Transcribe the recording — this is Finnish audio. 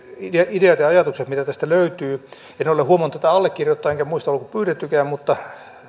ideat ja ajatukset mitä tästä löytyy en en ole huomannut tätä allekirjoittaa enkä muista onko pyydettykään mutta